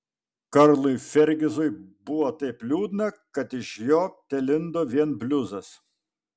karlui fergizui buvo taip liūdna kad iš jo telindo vien bliuzas